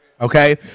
Okay